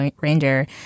Ranger